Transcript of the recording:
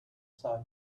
side